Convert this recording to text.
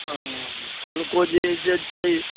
हँ फल्गु जे अइ से छै